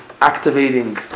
activating